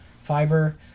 Fiber